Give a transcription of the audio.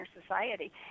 Society